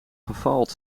gefaald